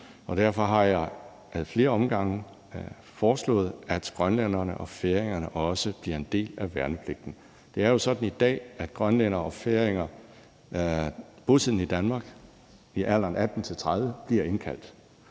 Derfor har jeg ad flere omgange foreslået, at grønlænderne og færingerne også bliver en del af værnepligten. Det er jo sådan i dag, at grønlændere og færinger bosiddende i Danmark i alderen 18-30 år bliver indkaldt,